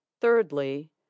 Thirdly